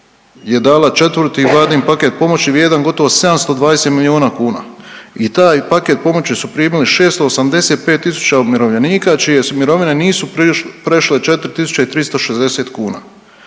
je dala 4. Vladin paket pomoći vrijedan gotovo 720 milijuna kuna i taj paket pomoći su primili 685 tisuća umirovljenika čije mirovine nisu prešle 4.360 kuna.